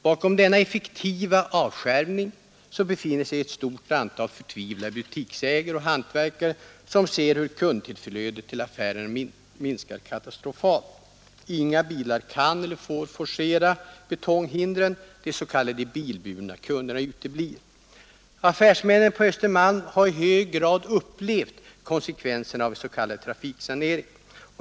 Bakom denna effektiva avskärmning befinner sig ett stort antal förtvivlade butiksägare och hantverkare som ser hur kundtillflödet minskar katastrofalt. Inga bilar kan eller får forcera betonghindren. De s.k. bilburna kunderna uteblir. Affärsmännen på Östermalm har i hög grad upplevt konsekvenserna av en s.k. trafiksanering.